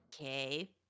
Okay